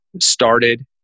started